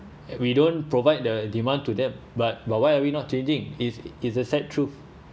we don't provide the demand to them but but why are we not changing is is a sad truth